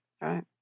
right